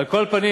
על כל פנים,